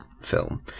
film